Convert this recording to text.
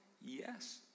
yes